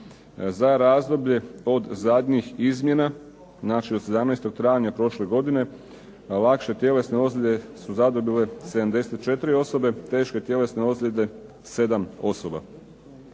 Za razdoblje od zadnjih izmjena znači od 17. travnja prošle godine, lakše tjelesne ozljede su zadobile 74 osobe, a teške tjelesne ozljede 7 osoba.